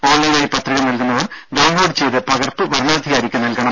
ഓൺലൈനായി പത്രിക നൽകുന്നവർ ഡൌൺലോഡ് ചെയ്ത് പകർപ്പ് വരണാധികാരിക്ക് നൽകണം